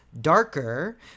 Darker